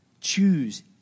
Choose